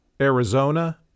Arizona